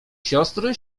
siostry